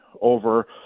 over